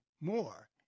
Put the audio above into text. more